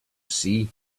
sea